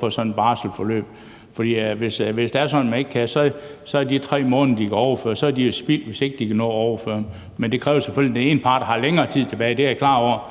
på sådan et barselsforløb. For hvis det er sådan, at man ikke kan gøre det, så er de 3 måneder, de kan overføre, jo spildt, hvis de ikke kan nå at overføre dem. Det kræver selvfølgelig, at den ene part har længere tid tilbage, det er jeg klar over,